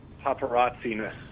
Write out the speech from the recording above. Paparazzi-ness